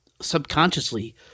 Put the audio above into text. subconsciously